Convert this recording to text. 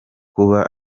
kuba